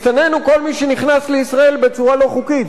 מסתנן הוא כל מי שנכנס לישראל בצורה לא חוקית.